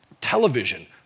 television